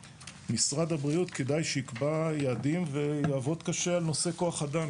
משרד הבריאות כדאי שיקבע יעדים ויעבוד קשה על נושא כוח אדם.